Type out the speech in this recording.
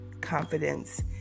confidence